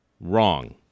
wrong